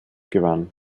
gewann